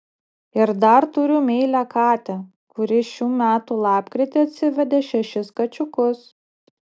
ir dar turiu meilią katę kuri šių metų lapkritį atsivedė šešis kačiukus